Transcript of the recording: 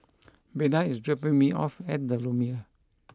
Beda is dropping me off at The Lumiere